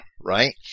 right